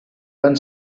van